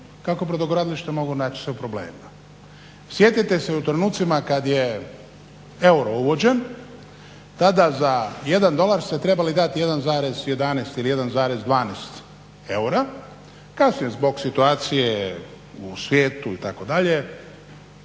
kako brodogradilišta mogu naći se u problemima. Sjetite se u trenucima kad je euro uvođen, tada za jedan dolar ste trebali dati 1,11 ili 1,12 eura, kasnije zbog situacije u svijetu itd.